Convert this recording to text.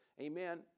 amen